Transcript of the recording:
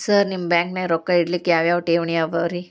Sir ನಿಮ್ಮ ಬ್ಯಾಂಕನಾಗ ರೊಕ್ಕ ಇಡಲಿಕ್ಕೆ ಯಾವ್ ಯಾವ್ ಠೇವಣಿ ಅವ ರಿ?